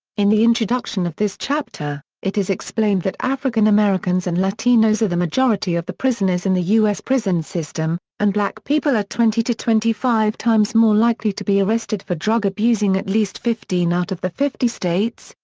in the introduction of this chapter, it is explained that african americans and latinos are the majority of the prisoners in the u s. prison system, and black people are twenty twenty five times more likely to be arrested for drug abusing at least fifteen out of the fifty states,